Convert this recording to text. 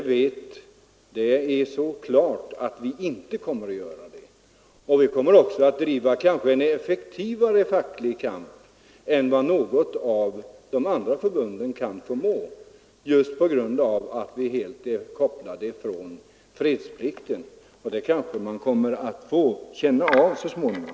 Det kommer vi inte att göra. Vi kommer att driva en effektivare facklig kamp än vad något av de andra förbunden förmår göra just därför att vi är frikopplade från fredsplikten. Det kanske man får känna av så småningom.